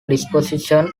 disposition